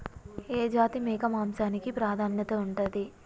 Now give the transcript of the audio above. ఏ జాతి మేక మాంసానికి ప్రాధాన్యత ఉంటది?